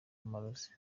amarozi